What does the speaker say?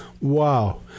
Wow